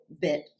bit